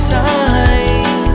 time